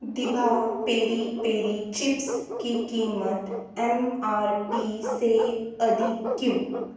दिभा peri peri chips की कीमत एम आर पी से अधिक क्यों